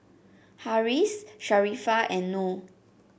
Harris Sharifah and Noh